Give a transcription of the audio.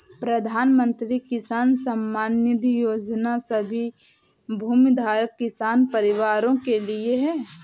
प्रधानमंत्री किसान सम्मान निधि योजना सभी भूमिधारक किसान परिवारों के लिए है